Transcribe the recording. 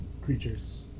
creatures